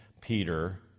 Peter